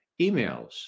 emails